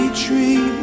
tree